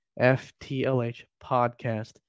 ftlhpodcast